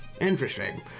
Interesting